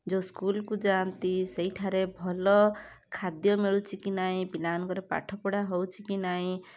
ଯେଉଁ ସ୍କୁଲ୍କୁ ଯାଆନ୍ତି ସେଇଠାରେ ଭଲ ଖାଦ୍ୟ ମିଳୁଛି କି ନାହିଁ ପିଲାଙ୍କର ପାଠପଢ଼ା ହେଉଛି କି ନାହିଁ